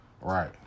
Right